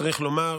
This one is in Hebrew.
צריך לומר,